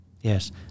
Yes